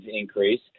increase